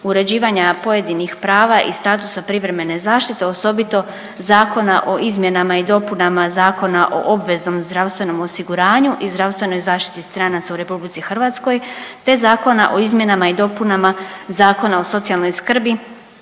uređivanja pojedinih prava i statusa privremene zaštite osobito Zakona o izmjenama i dopunama Zakona o obveznom zdravstvenom osiguranja i zdravstvenoj zaštiti stranaca u Republici Hrvatskoj, te Zakona o izmjenama i dopunama Zakona o socijalnoj skrbi